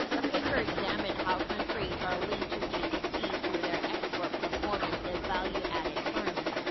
ah paper examines how countries are linked to gvcs through their export performance in value added terms,